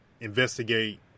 investigate